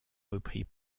repris